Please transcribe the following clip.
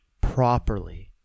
properly